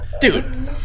Dude